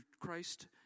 Christ